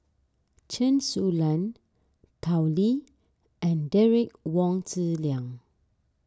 Chen Su Lan Tao Li and Derek Wong Zi Liang